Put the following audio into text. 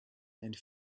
and